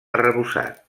arrebossat